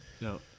No